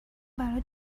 برات